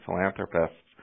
philanthropists